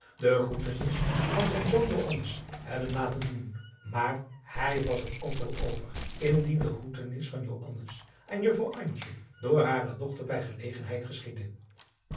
de groetenis van zijn zoon joannes hebben laten doen maar hij was er ook wel over indien de groetenis van joannes aan juffrouw antje door hare dochter bij gelegenheid geschiedde